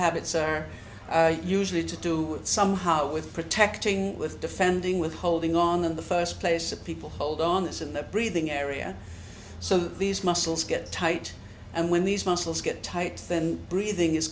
habits are usually to do somehow with protecting with defending with holding on in the first place that people hold on this in the breathing area so these muscles get tight and when these muscles get tight then breathing is